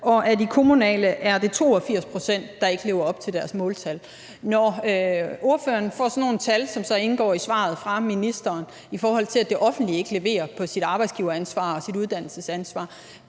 Og af de kommunale er det 82 pct., der ikke lever op til deres måltal. Når ordføreren får sådan nogle tal, som så indgår i svaret fra ministeren, i forhold til at det offentlige ikke leverer på sit arbejdsgiveransvar og sit uddannelsesansvar,